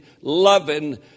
loving